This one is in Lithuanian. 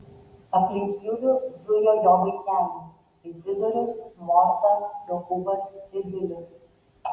aplink julių zujo jo vaikeliai izidorius morta jokūbas ir vilius